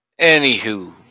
Anywho